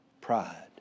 Pride